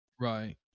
right